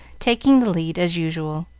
taking the lead as usual.